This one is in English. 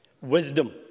Wisdom